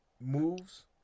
moves